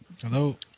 Hello